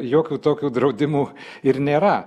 jokių tokių draudimų ir nėra